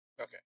Okay